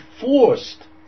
forced